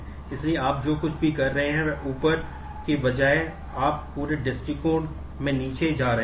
इसलिए आप जो कुछ भी कर रहे हैं वह ऊपर जाने के बजाय आप पूरे दृष्टिकोण में नीचे जा रहे हैं